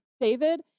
David